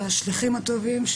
השליחים הטובים,